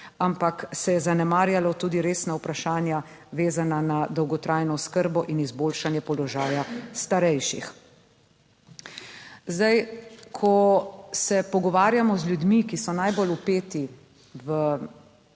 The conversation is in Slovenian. ampak se je zanemarjalo tudi resna vprašanja vezana na dolgotrajno oskrbo in izboljšanje položaja starejših. Zdaj, ko se pogovarjamo z ljudmi, ki so najbolj vpeti v